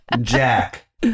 Jack